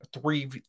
three